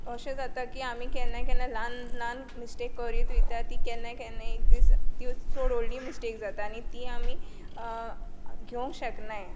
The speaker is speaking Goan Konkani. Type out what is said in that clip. ओशें जाता की आमी केन्नाकेन्नाय लान लान मिस्टेक कोरीत वोयता ती केन्नाकेन्नाय एक दीस ती चोड वोडली मिस्टेक जाता आनी ती आमी घेवंक शकनाय